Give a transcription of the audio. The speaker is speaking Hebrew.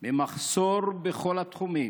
ממחסור בכל התחומים,